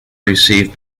received